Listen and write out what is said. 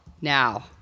now